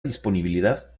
disponibilidad